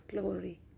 glory